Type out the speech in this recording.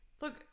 look